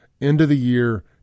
end-of-the-year